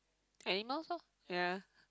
animals lor ya